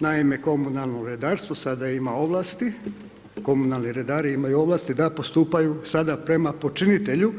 Naime, Komunalno redarstvo sada ima ovlasti, komunalni redari imaju ovlasti da postupaju sada prema počinitelju